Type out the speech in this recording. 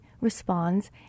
responds